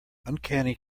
uncanny